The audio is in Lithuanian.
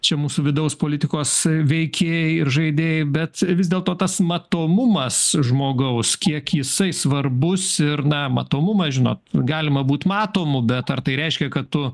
čia mūsų vidaus politikos veikėjai ir žaidėjai bet vis dėlto tas matomumas žmogaus kiek jisai svarbus ir na matomumą žinot galima būt matomu bet ar tai reiškia kad tu